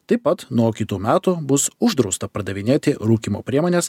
taip pat nuo kitų metų bus uždrausta pardavinėti rūkymo priemones